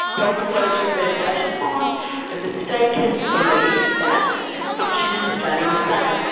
health approaches, legislation on the mistaken belief that consumption in australia was stable.